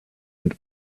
and